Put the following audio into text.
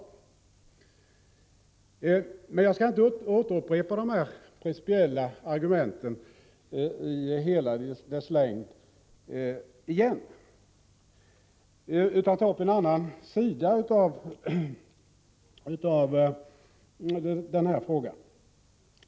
Jag skall emellertid inte återupprepa alla dessa principiella argument, utan aktualisera en annan sida av denna fråga.